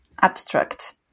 abstract